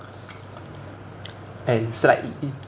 and slightly